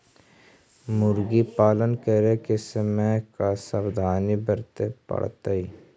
मुर्गी पालन करे के समय का सावधानी वर्तें पड़तई?